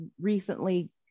recently